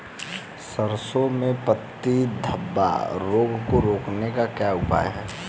सरसों में पत्ती धब्बा रोग को रोकने का क्या उपाय है?